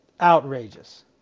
Outrageous